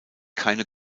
keine